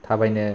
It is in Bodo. थाबायना